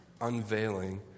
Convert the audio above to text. Unveiling